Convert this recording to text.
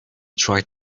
tried